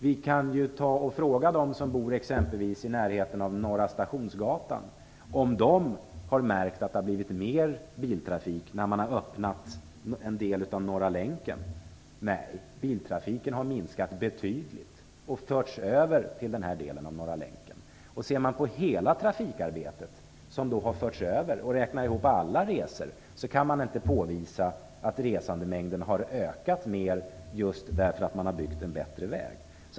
Vi kan fråga exempelvis dem som bor i närheten av Norra Stationsgatan om de har märkt att det blivit mer biltrafik när man har öppnat en del av Norra länken. Nej, biltrafiken har minskat betydligt och förts över till den här delen av Norra länken. Om man ser på hela det trafikarbete som har förts över och räknar ihop alla resor, kan man inte påvisa att resandemängden har ökat mer, just därför att man har byggt en bättre väg.